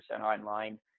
online